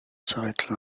s’arrête